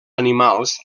animals